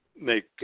Make